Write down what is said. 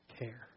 care